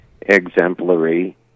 exemplary